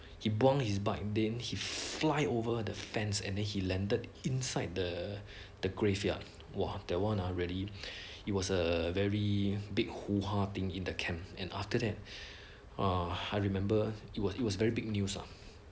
he buang his bike then he fly over the fence and then he landed inside the the graveyard !wah! that one ah really it was a very big hoo-ha thing in the camp and after that err I remember it was it was very big news ah